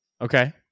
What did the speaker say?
Okay